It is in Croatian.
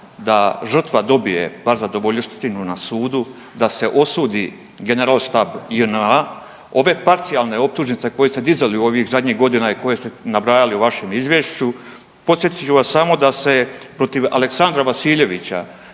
da žrtva dobije bar zadovoljštinu na sudu, da se osudi generalštab JNA, ove parcijalne optužnice koje ste dizali u ovih zadnjih godina i koje ste nabrajali u vašem izvješću podsjetit ću vas samo da se protiv Aleksandra Vasiljevića